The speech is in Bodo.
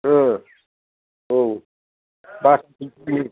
ओ औ